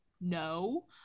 No